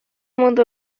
منذ